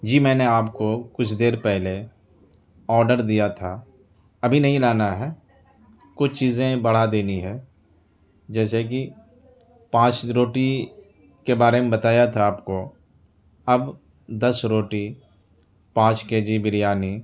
جی میں نے آپ کو کچھ دیر پہلے آڈر دیا تھا ابھی نہیں لانا ہے کچھ چیزیں بڑھا دینی ہے جیسے کہ پانچ روٹی کے بارے میں بتایا تھا آپ کو اب دس روٹی پانچ کےجی بریانی